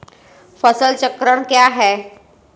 फसल चक्रण क्या है?